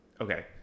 Okay